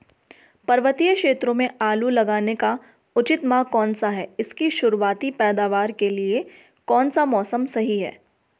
पर्वतीय क्षेत्रों में आलू लगाने का उचित माह कौन सा है इसकी शुरुआती पैदावार के लिए कौन सा मौसम सही है?